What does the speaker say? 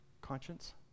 conscience